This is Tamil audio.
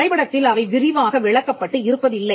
வரைபடத்தில் அவை விரிவாக விளக்கப்பட்டு இருப்பதில்லை